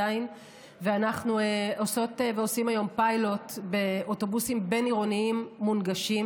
ואנחנו עושות ועושים היום פיילוט באוטובוסים בין-עירוניים מונגשים